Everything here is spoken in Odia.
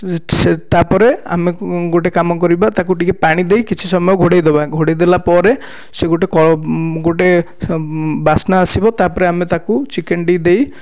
ସେ ତାପରେ ଆମକୁ ଗୋଟେ କାମ କରିବା ତାକୁ ଟିକେ ପାଣି ଦେଇ କିଛି ସମୟ ଘୋଡ଼ାଇ ଦବା ଘୋଡ଼ାଇ ଦବା ପରେ ସେ ଗୋଟେ ଗୋଟେ ବାସ୍ନା ଆସିବ ତାପରେ ଆମେ ତାକୁ ଚିକେନ ଟି ଦେଇ